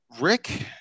Rick